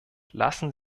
lassen